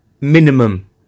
Minimum